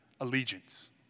allegiance